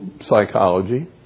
psychology